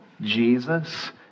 Jesus